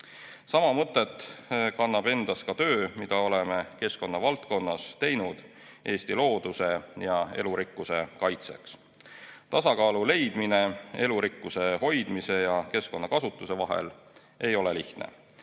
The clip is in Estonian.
Sama mõtet kannab endas ka töö, mida oleme keskkonna valdkonnas teinud Eesti looduse ja elurikkuse kaitseks. Tasakaalu leidmine elurikkuse hoidmise ja keskkonnakasutuse vahel ei ole lihtne,